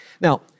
Now